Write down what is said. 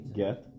get